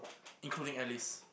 including Alice